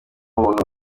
umuntu